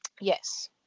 Yes